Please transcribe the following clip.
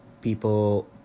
people